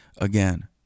again